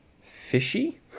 fishy